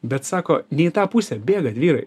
bet sako ne į tą pusę bėgat vyrai